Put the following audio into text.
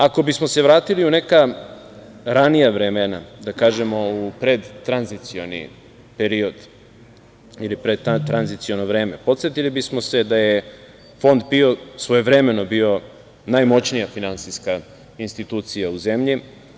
Ako bismo se vratili u neka ranija vremena, da kažemo, u predtranzicioni period ili predtranziciono vreme, podsetili bismo se da je Fond PIO svojevremeno bio najmoćnija finansijska institucija u zemlji.